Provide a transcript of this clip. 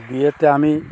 বিয়েতে আমি